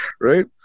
Right